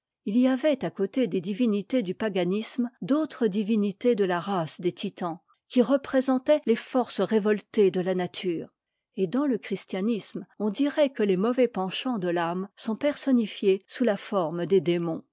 j y avait à côté des divinités du paganisme d'autres divinités de la race des titans qui représentaient les forces révoltées de la nature et dans le christianisme on dirait que les mauvais penchants de famé sont personnifiés sous la forme des démons